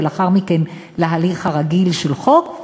ואחר כך להליך הרגיל של חוק,